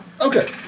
Okay